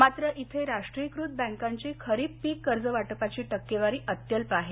मात्र इथे राष्ट्रीयकृत बॅकांची खरीप पीक कर्ज वाटपाची टक्केवारी अत्यल्प आहे